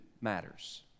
matters